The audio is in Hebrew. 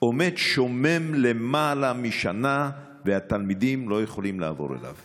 עומד שומם למעלה משנה והתלמידים לא יכולים לעבור אליו?